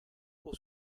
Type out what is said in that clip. pour